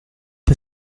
the